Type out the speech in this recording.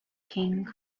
king